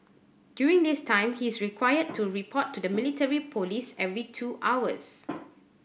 during this time he is required to report to the military police every two hours